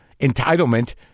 entitlement